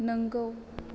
नोंगौ